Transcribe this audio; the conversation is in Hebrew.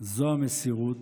זו המסירות,